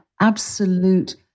absolute